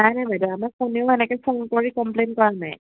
নাই নাই বাইদেউ আমাক কোনেও এনেকে ফোন কৰি কমপ্লেইন কৰা নাই